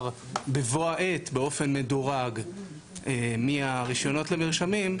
בבוא העת באופן מדורג מהרשיונות למרשמים,